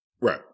Right